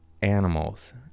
Animals